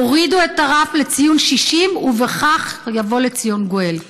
תורידו את הרף לציון 60 ובכך יבוא לציון גואל.